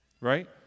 Right